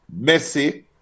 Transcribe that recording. Messi